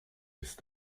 ist